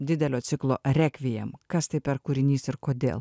didelio ciklo rekviem kas tai per kūrinys ir kodėl